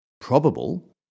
probable